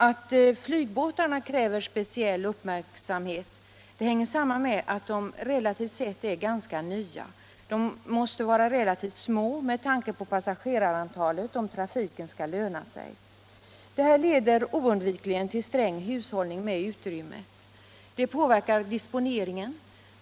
Att flygbåtarna kräver speciell uppmärksamhet hänger samman med att de relativt sett är ganska nya. De måste med tanke på passagerarantalet vara förhållandevis små om trafiken skall löna sig. Detta leder oundvikligen till sträng hushållning med utrymme, och det påverkar disponeringen.